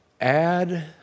add